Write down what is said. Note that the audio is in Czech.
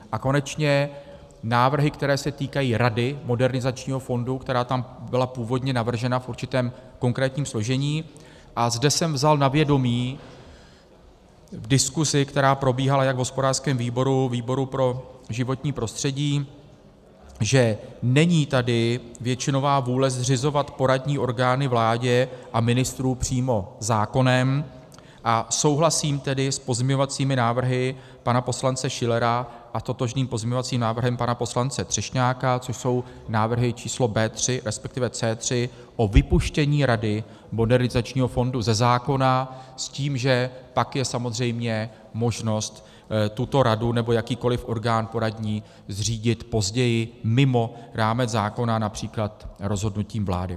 A konečně návrhy, které se týkají Rady Modernizačního fondu, která tam byla původně navržena v určitém konkrétním složení, a zde jsem vzal na vědomí v diskuzi, která probíhala jak v hospodářském výboru, tak výboru pro životní prostředí, že není tady většinová vůle zřizovat poradní orgány vlády a ministrů přímo zákonem, a souhlasím tedy s pozměňovací návrhy pana poslance Schillera a totožným pozměňovacím návrhem pana poslance Třešňáka, což jsou návrhy číslo B3 resp. C3 o vypuštění Rady Modernizačního fondu ze zákona s tím, že pak je samozřejmě možnost tuto radu nebo jakýkoliv poradní orgán zřídit později mimo rámec zákona, například rozhodnutím vlády.